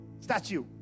Statue